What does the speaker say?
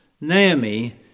Naomi